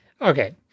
okay